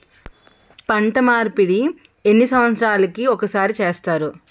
పంట మార్పిడి ఎన్ని సంవత్సరాలకి ఒక్కసారి చేస్తారు?